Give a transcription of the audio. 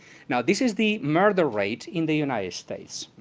now this is the murder rate in the united states.